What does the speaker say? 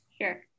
Sure